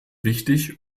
wichtig